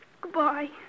Goodbye